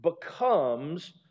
becomes